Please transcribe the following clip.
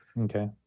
Okay